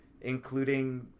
including